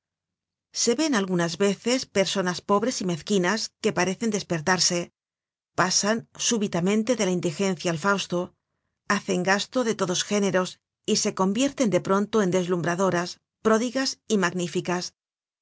se ven algunas veces personas pobres y mezquinas que parecen despertarse pasan súbitamente de la indigencia al fausto hacen gastos de todos géneros y se convierten de pronto en deslumbradoras pródigas y magníficas